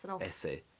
essay